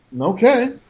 Okay